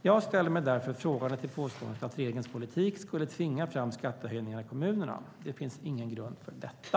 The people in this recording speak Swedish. Jag ställer mig därför frågande till påståendet att regeringens politik skulle tvinga fram skattehöjningar i kommunerna. Det finns ingen grund för detta.